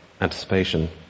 anticipation